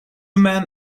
men